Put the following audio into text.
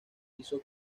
hizo